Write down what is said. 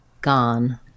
Gone